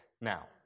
now